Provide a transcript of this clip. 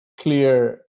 clear